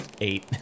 Eight